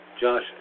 Josh